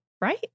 right